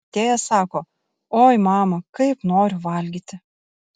atėjęs sako oi mama kaip noriu valgyti